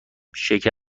شکر